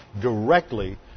directly